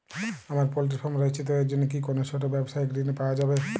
আমার poultry farm রয়েছে তো এর জন্য কি কোনো ছোটো ব্যাবসায়িক ঋণ পাওয়া যাবে?